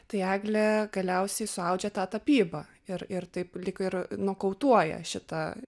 tai eglė galiausiai suaudžia tą tapybą ir ir taip lyg ir nokautuoja šitą